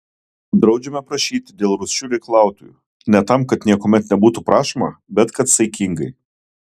draudžiame prašyti dėl rūsčių reikalautojų ne tam kad niekuomet nebūtų prašoma bet kad saikingai